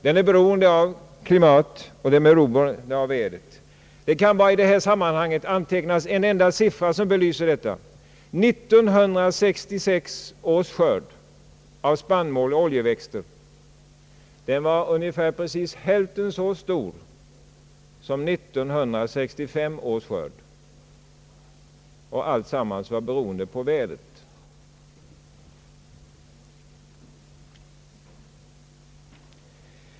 Den är beroende av klimat och väder. Det kan i sammanhanget antecknas en enda siffra som belyser detta. 1966 års skörd av spannmål och oljeväxter var hälften så stor som 1965 års skörd, och alltsammans berodde på vädret.